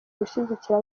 gushyigikira